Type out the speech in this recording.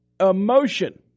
emotion